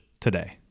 today